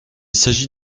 s’agit